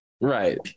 Right